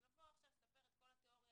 אז לבוא עכשיו ולספר את כל התיאוריה,